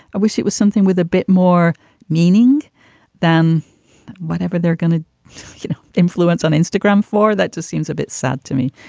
i wish it was something with a bit more meaning than whatever they're going to influence on instagram for that to seems a bit sad to me,